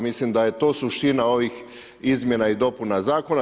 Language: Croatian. Mislim da je to suština ovih izmjena i dopuna zakona.